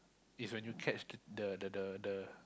is when you catch the the the the